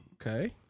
Okay